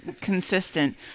Consistent